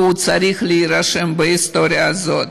והוא צריך להירשם בהיסטוריה הזאת.